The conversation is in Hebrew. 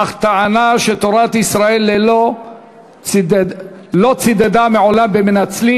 אך טענה שתורת ישראל לא צידדה מעולם במנצלים